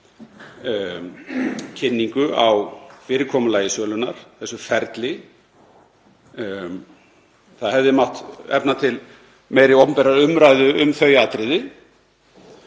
kynningu á fyrirkomulagi sölunnar og þessu ferli. Það hefði mátt efna til meiri opinberrar umræðu um þau atriði.